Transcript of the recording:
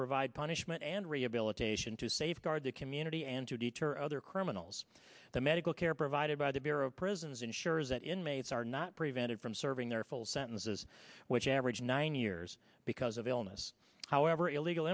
provide punishment and rehabilitation to safeguard the community and to deter other criminals the medical care provided by the bureau of prisons ensures that inmates are not prevented from serving their full sentences which average nine years because of illness however illegal